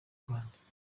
rwanda